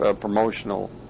promotional